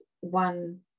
one